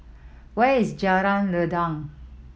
where is Jalan Rendang